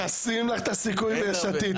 מחסלים לך את הסיכויים ביש עתיד.